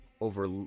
Over